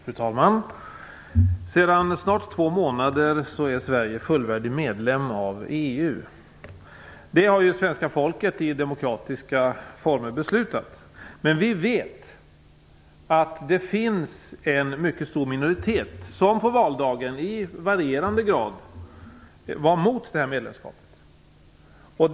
Fru talman! Sedan snart två månader är Sverige fullvärdig medlem av EU. Det har svenska folket i demokratiska former beslutat. Men vi vet att det finns en mycket stor minoritet, som på valdagen i varierande grad var mot detta medlemskap.